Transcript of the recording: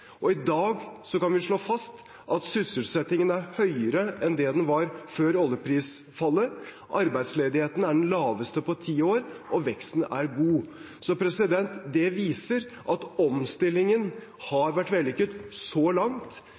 I dag kan vi slå fast at sysselsettingen er høyere enn den var før oljeprisfallet, arbeidsledigheten er den laveste på 10 år, og veksten er god. Det viser at omstillingen så langt har vært vellykket.